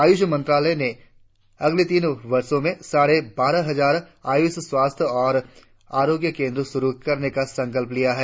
आयुष मंत्रालय ने अगले तीन वर्ष में साढे बारह हजार आयुष स्वास्थ्य तथा आरोग्य केंद्र शुरु करने का संकल्प लिया है